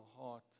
heart